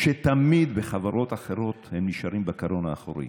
שתמיד בחברות אחרות נשארים בקרון האחורי.